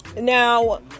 now